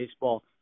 baseball